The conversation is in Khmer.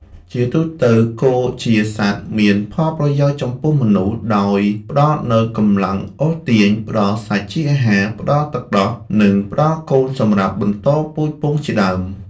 ជាទូទៅ គោជាសត្វមានផលប្រយោជន៍ចំពោះមនុស្ស ដោយផ្ដល់នូវកម្លាំងអូសទាញ ផ្ដល់សាច់ជាអាហារ ផ្ដល់ទឹកដោះ និងផ្ដល់កូនសំរាប់បន្តពូជពង្សជាដើម។